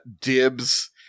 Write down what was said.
Dibs